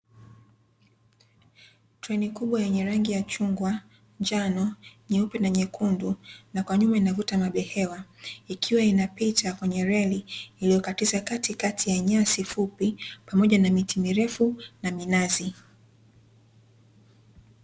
Treni kubwa yenye rangi ya chungwa njano, nyeupe na nyekundu na kwa nyuma inavuta mabehewa, ikiwa inapita kwenye reli iliyokatiza katikati ya nyasi fupi, pamoja na miti mirefu na minazi.